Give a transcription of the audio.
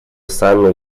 сами